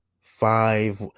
five